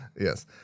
Yes